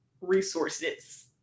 resources